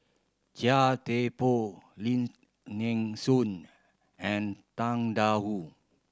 Chia Thye Poh Lim Nee Soon and Tang Da Wu